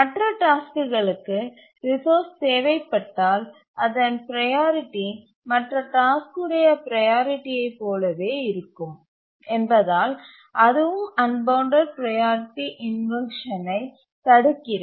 மற்ற டாஸ்க்குகளுக்கு ரிசோர்ஸ் தேவைப்பட்டால் அதன் ப்ரையாரிட்டி மற்ற டாஸ்க் உடைய ப்ரையாரிட்டியைப் போலவே இருக்கும் என்பதால் அதுவும் அன்பவுண்டட் ப்ரையாரிட்டி இன்வர்ஷன்னை தடுக்கிறது